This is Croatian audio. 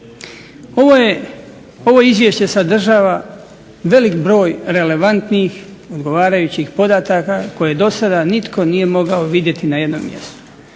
Ovo izvješće sadržava velik broj relevantnih odgovarajućih podataka koje do sada nitko nije mogao vidjeti na jednom mjestu.